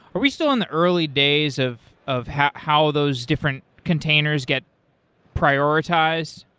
are we still in the early days of of how how those different containers get prioritized?